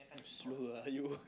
slow lah you